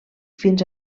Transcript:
fins